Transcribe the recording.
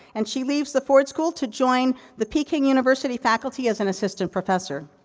and she leaves the ford school to join the peking university faculty as an assistant professor.